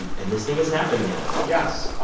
and and this thing is happening now yes.